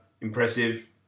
Impressive